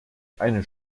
eine